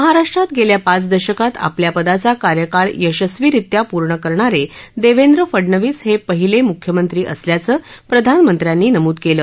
महाराष्ट्रात गेल्या पाच दशकांत आपल्या पदाचा कार्यकाळ यशस्वीरित्या पूर्ण करणारे देवेंद्र फडणवीस हे पहिले मुख्यमंत्री असल्याचं प्रधानमंत्र्यांनी नमूद केलं